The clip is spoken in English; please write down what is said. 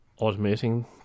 automating